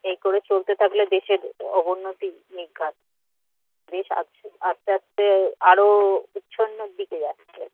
এই করে চলতে থাকলে দেশের অবনতি নির্ঘাত দেশ আস্তে আস্তে আরও উচ্ছন্নের দিকে যাচ্ছে